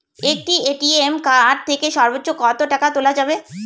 একটি ATM card থেকে সর্বোচ্চ কত টাকা তোলা যাবে?